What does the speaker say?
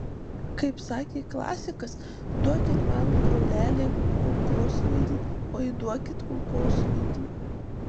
kaip sakė klasikas duokit man broleliai kulkosvaidį oi duokit kulkosvaidį